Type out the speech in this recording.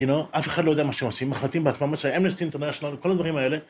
אף אחד לא יודע מה שעושים, מחליטים בעצמם, מה שהם .. הבעיה שלנו, כל הדברים האלה.